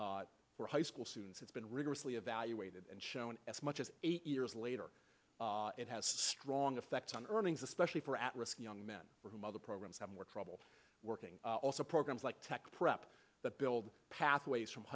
for high school students has been rigorously evaluated and shown as much as eight years later it has strong effects on earnings especially for at risk young men for whom other programs have more trouble working also programs like tax prep that build pathways from